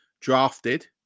drafted